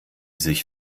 sich